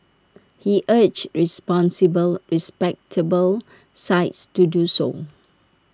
he urged responsible respectable sites to do so